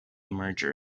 merger